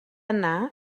anar